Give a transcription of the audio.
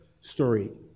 story